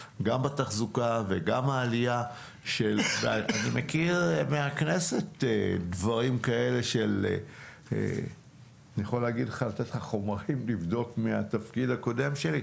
אני יכול לתת לך חומרים לבדוק מהתפקיד הקודם שלי.